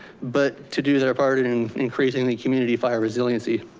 but to do their part in increasing the community fire resiliency.